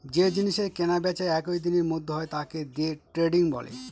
যে জিনিসের কেনা বেচা একই দিনের মধ্যে হয় তাকে দে ট্রেডিং বলে